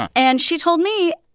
and and she told me,